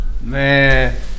Man